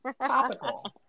topical